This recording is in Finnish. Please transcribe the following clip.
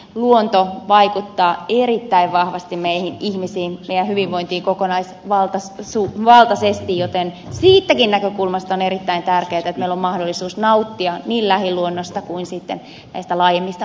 luonto vaikuttaa erittäin vahvasti meihin ihmisiin meidän hyvinvointiimme kokonaisvaltaisesti joten siitäkin näkökulmasta on erittäin tärkeätä että meillä on mahdollisuus nauttia niin lähiluonnosta kuin näistä laajemmista puistoalueistakin